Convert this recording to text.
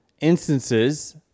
instances